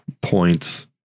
points